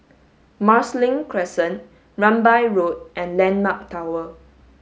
Marsiling Crescent Rambai Road and Landmark Tower